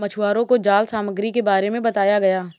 मछुवारों को जाल सामग्री के बारे में बताया गया